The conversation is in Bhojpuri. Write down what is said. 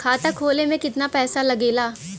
खाता खोले में कितना पैसा लगेला?